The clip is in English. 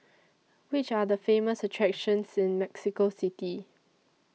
Which Are The Famous attractions in Mexico City